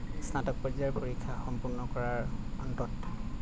স্নাতক পৰ্যায়ৰ পৰীক্ষা সম্পূৰ্ণ কৰাৰ অন্তত